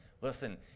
Listen